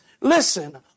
Listen